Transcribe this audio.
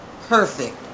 perfect